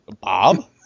bob